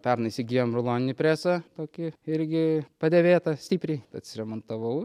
pernai įsigijom ruloninį presą tokį irgi padėvėtą stipriai pats remontavau